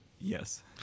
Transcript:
Yes